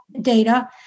data